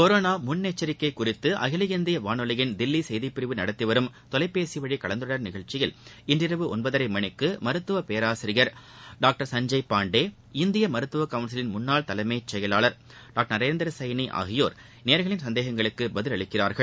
corona முன்னெச்சரிக்கை குறித்து அகில இந்திய வானொலியின் தில்லி செய்திப்பிரிவு நடத்திவரும் தொலைபேசிவழி கலந்துரையாடல் நிகழ்ச்சியில் இன்றிரவு ஒன்பதரை மணிக்கு மருத்துவ பேராசிரியர் டாக்டர் சஞ்சய் பாண்டே இந்திய மருத்துவ கவுன்சிலின் முன்னாள் தலைமைச்செயலர் டாக்டர் நரேந்திர சைனி ஆகியோர் நேயர்களின் சந்தேகங்களுக்கு பதிலளிக்கிறார்கள்